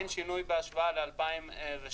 אין שינוי בהשוואה ל-2018.